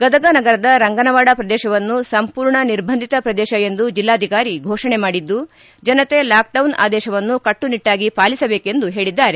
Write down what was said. ಗದಗ ನಗರದ ರಂಗನವಾಡ ಪ್ರದೇಶವನ್ನು ಸಂಪೂರ್ಣ ನಿರ್ಬಂಧಿತ ಪ್ರದೇಶ ಎಂದು ಜಿಲ್ಲಾಧಿಕಾರಿ ಫೋಷಣೆ ಮಾಡಿದ್ಲು ಜನತೆ ಲಾಕ್ಡೌನ್ ಆದೇಶವನ್ನು ಕಟ್ಟುನಿಟ್ಟಾಗಿ ಪಾಲಿಸಬೇಕೆಂದು ಹೇಳಿದ್ದಾರೆ